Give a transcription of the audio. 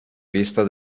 vista